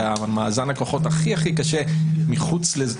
ומאזן הכוחות הכי הכי קשה מחוץ לזה.